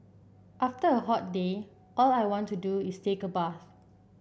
after a hot day all I want to do is take a bath